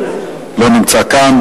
לא נמצא כאן,